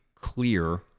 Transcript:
clear